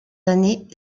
années